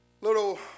Little